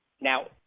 now